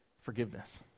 Forgiveness